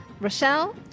Rochelle